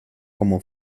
cómo